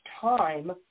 time